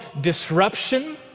disruption